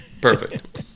Perfect